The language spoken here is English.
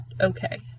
okay